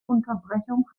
unterbrechung